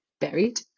buried